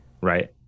right